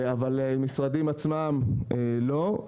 אבל משרדים עצמם לא.